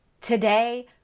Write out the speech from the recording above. Today